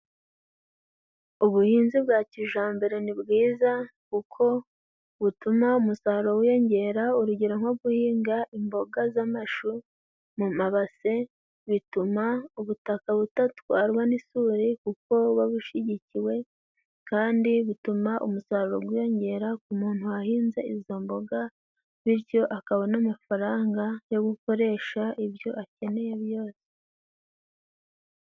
Ubuhinzi bwa kijambere ni bwiza kuko butuma umusaruro wiyongera. Urugero nko guhinga imboga z'amashu mu mabase, bituma ubutaka budatwarwa n'isuri kuko buba bushyigikiwe, kandi butuma umusaruro gwiyongera ku muntu wahinze izo mboga, bityo akabona amafaranga yo gukoresha ibyo akeneye byose.